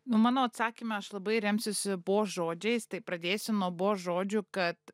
nu mano atsakymą aš labai remsiuosi bo žodžiais tai pradėsiu nuo bo žodžių kad